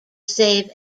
save